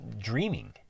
dreaming